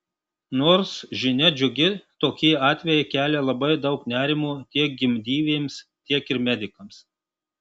nors žinia džiugi tokie atvejai kelia labai daug nerimo tiek gimdyvėms tiek ir medikams